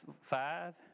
five